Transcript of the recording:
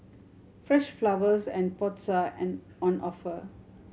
fresh flowers and pots are an on offer